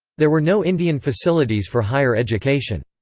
there were no indian facilities for higher education.